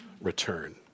return